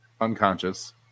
unconscious